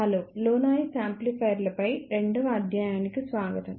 hello low noise యాంప్లిఫైయర్ల పై రెండవ అధ్యాయానికి స్వాగతం